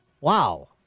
Wow